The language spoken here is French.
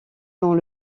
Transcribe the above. dont